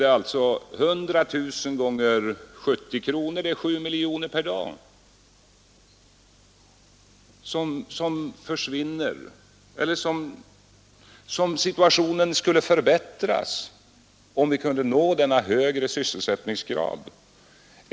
100 000 X 70 kronor = 7 miljoner kronor per dag. Med detta belopp skulle situationen förbättras, om vi kunde nå en högre sysselsättningsgrad.